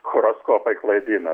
horoskopai klaidina